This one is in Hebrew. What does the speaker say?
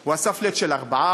הוא עשה flat של 4%,